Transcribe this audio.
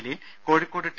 Jaleel Kozhikode T